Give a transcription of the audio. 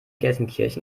gelsenkirchen